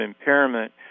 impairment